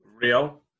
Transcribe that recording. Real